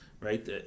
right